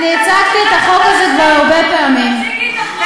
אולי תציגי את החוק לפני שאת מציגה את הטענות שלנו?